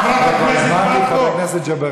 אבל כבר הזמנתי את חבר הכנסת ג'בארין.